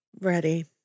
ready